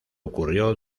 ocurrió